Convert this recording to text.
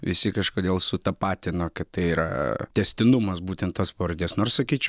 visi kažkodėl sutapatino kad tai yra tęstinumas būtent tos pavardės nors sakyčiau